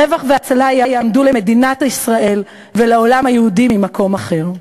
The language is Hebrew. רווח והצלה יעמדו למדינת ישראל ולעולם היהודי ממקום אחר.